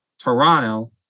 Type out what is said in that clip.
Toronto